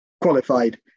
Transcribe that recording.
qualified